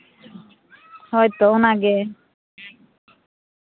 ᱦᱳᱭ ᱛᱚ ᱚᱱᱟᱜᱮ